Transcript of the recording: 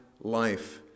life